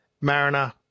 Mariner